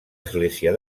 església